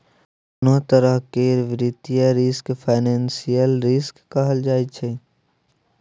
कोनों तरह केर वित्तीय रिस्क फाइनेंशियल रिस्क कहल जाइ छै